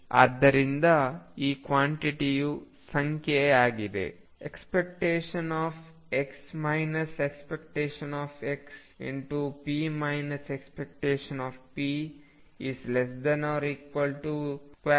ಆದ್ದರಿಂದ ಈ ಕ್ವಾಂಟಿಟಿಯು ಸಂಖ್ಯೆಯಾಗಿದೆ ಮತ್ತು ಈ ಕ್ವಾಂಟಿಟಿಯು ಸಂಖ್ಯೆಯಾಗಿದೆ